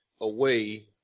away